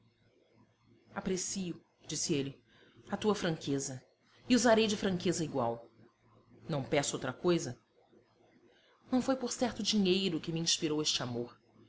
aprecio disse ele a tua franqueza e usarei de franqueza igual não peço outra coisa não foi por certo o dinheiro que me inspirou este amor